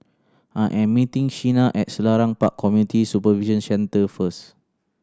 I am meeting Sheena at Selarang Park Community Supervision Centre first